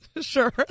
Sure